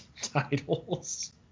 titles